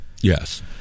Yes